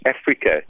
Africa